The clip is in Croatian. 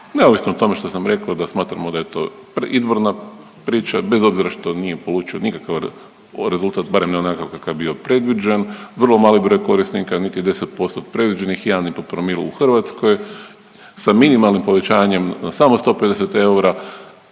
neovisno o tome što sam rekao da smatramo da je to izborna priča, bez obzira što nije polučio nikakav, rezultat, barem ne onakav kakav je bio predviđen, vrlo mali broj korisnika, niti 10% od predviđenih, 1,5 promil u Hrvatskoj, sa minimalnim povećanjem na samo 150 eura,